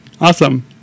Awesome